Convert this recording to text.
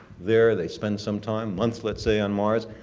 there, they spend some time, months let's say, on mars.